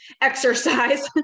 exercise